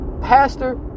Pastor